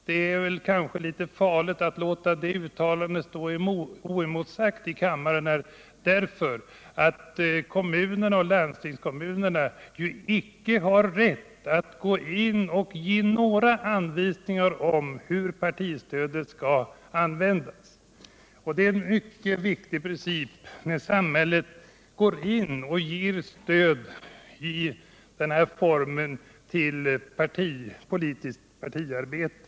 Det är kanske litet farligt att låta det uttalandet stå oemotsagt här i kammaren, eftersom förhållandet är det att kommunerna och landstingskommunerna icke har rätt att gå in och ge några anvisningar om hur partistödet skall användas. Detta är en mycket viktig princip i samband med 73 att samhället ger denna form av stöd till partipolitiskt arbete.